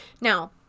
Now